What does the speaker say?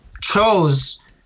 chose